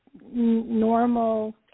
normal